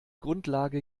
grundlage